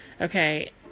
Okay